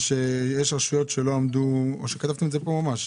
יש לנו גם החלטת ממשלה של פרויקטים בעוטף עזה.